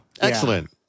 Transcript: Excellent